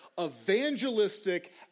evangelistic